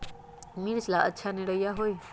मिर्च ला अच्छा निरैया होई?